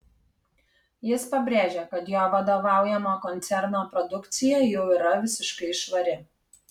jis pabrėžė kad jo vadovaujamo koncerno produkcija jau yra visiškai švari